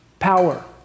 Power